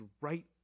right